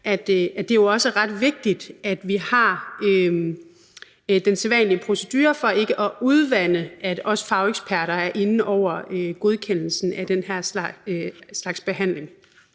at det jo også er ret vigtigt, at vi har den sædvanlige procedure for ikke at udvande, at også fageksperter er inde over godkendelsen af den her slags behandling.